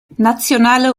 nationale